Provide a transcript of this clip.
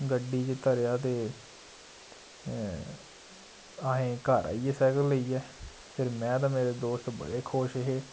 गड्डी च धरेआ ते अस घर आई गे सैकल लेइयै फिर में ते मेरे दोस्त बड़े खुश हे